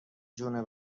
جون